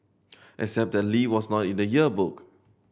except that Lee was not in the yearbook